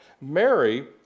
Mary